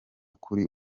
kuri